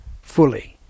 fully